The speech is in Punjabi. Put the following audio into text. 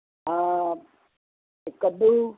ਹਾਂ ਅਤੇ ਕੱਦੂ